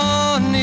on